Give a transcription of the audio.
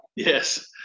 Yes